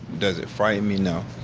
does it frighten me? no,